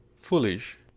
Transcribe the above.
foolish